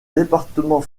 département